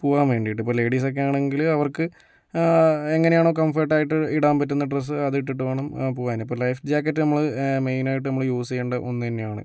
പോകാൻ വേണ്ടീട്ട് ഇപ്പം ലേഡീസക്കെ ആണങ്കില് അവർക്ക് എങ്ങനെയാണോ കംഫർട്ടായിട്ട് ഇടാൻ പറ്റുന്ന ഡ്രസ്സ് അത് ഇട്ടിട്ട് വേണം പോകാൻ അപ്പം ലൈഫ് ജാക്കറ്റ് നമ്മള് മെയിനായിട്ട് നമ്മള് യൂസ് ചെയ്യണ്ട ഒന്ന് തന്നെയാണ്